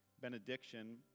benediction